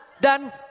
Done